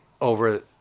over